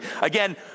Again